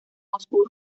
moscú